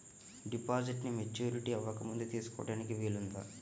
డిపాజిట్ను మెచ్యూరిటీ అవ్వకముందే తీసుకోటానికి వీలుందా?